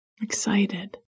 Excited